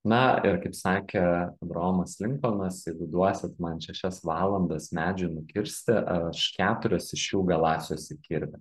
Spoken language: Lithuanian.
na ir kaip sakė abraomas linkolnas jeigu duosit man šešias valandas medžiui nukirsti aš keturias iš jų galąsiuosi kirvį